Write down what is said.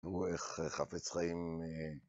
תראו איך חפץ חיים.